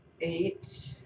eight